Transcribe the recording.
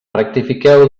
rectifiqueu